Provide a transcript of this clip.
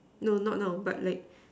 no not now but like